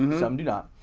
and some do not.